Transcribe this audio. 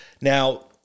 Now